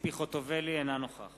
אינו נוכח